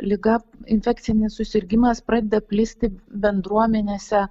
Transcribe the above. liga infekcinis susirgimas pradeda plisti bendruomenėse